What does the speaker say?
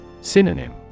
Synonym